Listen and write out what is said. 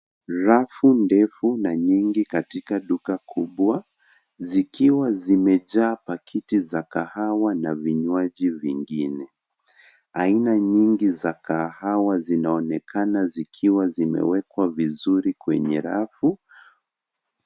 Rafu ndefu na nyingi katika duka kubwa, zikiwa zimejaa pakiti za kahawa na vinywaji vingine. Aina nyingi za kahawa zinaonekana zikiwa zimewekwa vizuri kwenye rafu .